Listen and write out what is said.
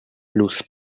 لوس